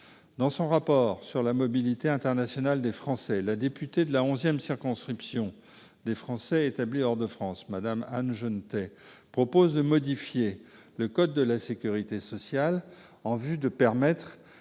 Dans son rapport sur la mobilité internationale des Français, la députée de la onzi circonscription des Français établis hors de France, Anne Genetet, propose de modifier le code de la sécurité sociale en vue de permettre